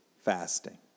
fasting